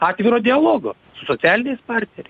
atviro dialogo su socialiniais partneriais